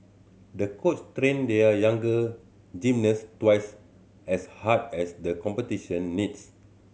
the coach trained their young gymnast twice as hard as the competition needs